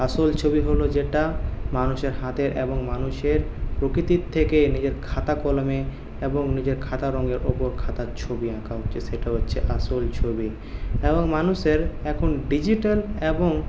আসল ছবি হল যেটা মানুষের হাতের এবং মানুষের প্রকৃতির থেকে নিজের খাতা কলমে এবং নিজের খাতা রঙের উপর খাতার ছবি আঁকা হচ্ছে সেটা হচ্ছে আসল ছবি এবং মানুষের এখন ডিজিটাল এবং